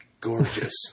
gorgeous